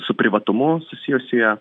su privatumu susijusioje